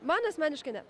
man asmeniškai ne